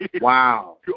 Wow